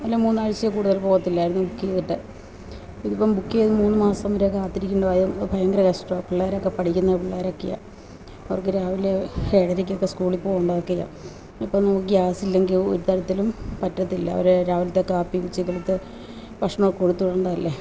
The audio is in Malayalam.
അല്ലേ മൂന്ന് ആഴ്ചയിൽ കൂടുതൽ പോകത്തില്ലായിരുന്നു ബുക്ക് ചെയ്തിട്ട് ഇത് ഇപ്പം ബുക്ക് ചെയ്ത് മൂന്ന് മാസം വരെ കാത്തിരിക്കേണ്ടതായും ഭയങ്കര കഷ്ടമാണ് പിള്ളേരൊക്കെ പഠിക്കുന്ന പിള്ളേരക്കെയാണ് അവർക്ക് രാവിലെ ഏഴരക്കൊക്കെ സ്കൂളിൽ പോകേണ്ടതക്കെയാണ് ഇപ്പം ഗ്യാസില്ലെങ്കിൽ ഒരു തരത്തിലും പറ്റത്തില്ല അവര് രാവിലത്തെ കാപ്പിയും ഉച്ചക്കെത്തെ ഭക്ഷണവും കൊടുത്ത് വിടേണ്ടതല്ലേ